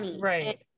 Right